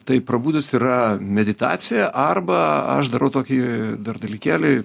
tai prabudus yra meditacija arba aš darau tokį dalykėlį